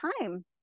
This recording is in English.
time